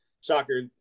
soccer